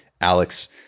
Alex